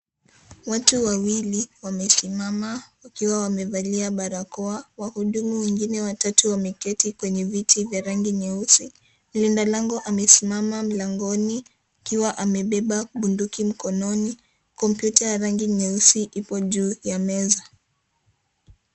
Watu wawili wamesimama wakiwa wamevalia barakoa. Wahudumu wengine watatu wameketi kwenye viti vya rangi nyeusi. Mlinda lango amesimama mlangoni akiwa amebeba bunduki mkononi. Kompyuta ya rangi nyeusi ipo juu ya meza.